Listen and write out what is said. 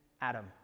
Adam